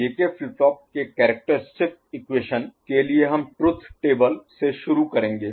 जे K flip flop के characteristic equation के लिए हम ट्रुथ टेबल से शुरू करेंगे